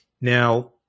Now